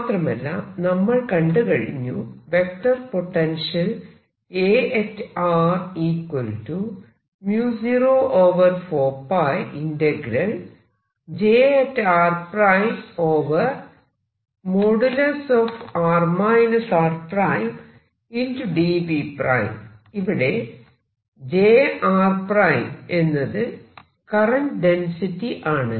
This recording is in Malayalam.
മാത്രമല്ല നമ്മൾ കണ്ടുകഴിഞ്ഞു വെക്റ്റർ പൊട്ടൻഷ്യൽ ഇവിടെ j r എന്നത് കറന്റ് ഡെൻസിറ്റി ആണ്